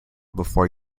before